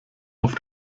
auf